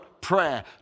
prayer